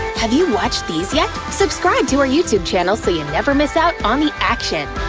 have you watched these yet? subscribe to our youtube channel so you never miss out on the action!